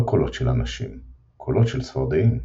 לא קולות של אנשים — קולות של צפרדעים.